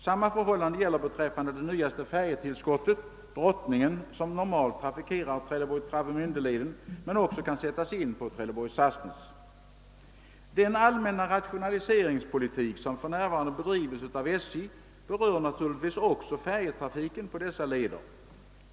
Samma förhållande gäller beträffande det nyaste färjetillskottet Drottningen, som normalt trafikerar Trelleborg— Travemiände-leden men också kan sättas in på Trelleborg—Sassnitz. Den allmänna rationaliseringspolitik, som för närvarande bedrivs av SJ, berör naturligtvis också färjetrafiken på dessa leder.